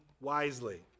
wisely